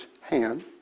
hand